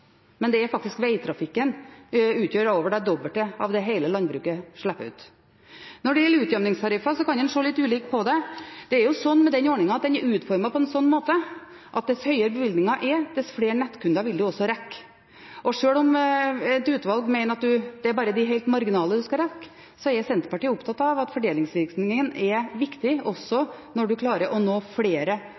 men veitrafikken står faktisk for over det dobbelte av det hele landbruket slipper ut. Når det gjelder utjevningstariffer, kan man se litt ulikt på det. Den ordningen er utformet på en slik måte at desto høyere bevilgningen er, desto flere nettkunder vil man nå. Sjøl om et utvalg mener at man bare skal nå de helt marginale, er Senterpartiet opptatt av at fordelingsvirkningen er viktig, også når man klarer å nå flere